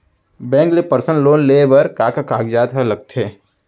Bank ले personal loan लेये बर का का कागजात ह लगथे?